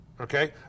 Okay